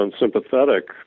unsympathetic